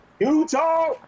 Utah